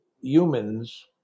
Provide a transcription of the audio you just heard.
humans